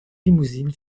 limousine